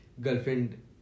girlfriend